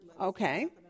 Okay